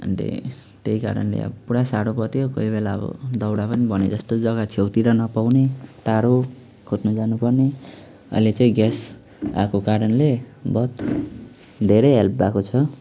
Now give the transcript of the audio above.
अनि त्यही त्यही कारणले अब पुरा साह्रो पर्थ्यो केही बेला अब दाउरा पनि भने जस्तो जगा छेउतिर नपाउने टाढो खोज्नु जानुपर्ने अहिले चाहिँ ग्यास आएको कारणले बहुत धेरै हेल्प भएको छ